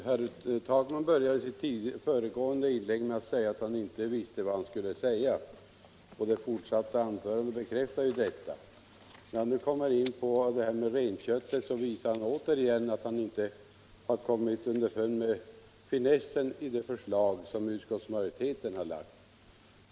Herr talman! Herr Takman började sitt föregående inlägg med yttrandet att han inte visste vad han skulle säga, och det senaste anförandet bekräftade detta. Då han nu talade om pristillägget på renkött visade han återigen att han inte har kommit underfund med finessen i det förslag Nr 106 som utskottsmajoriteten har framlagt.